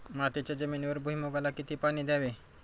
मातीच्या जमिनीवर भुईमूगाला किती पाणी द्यावे?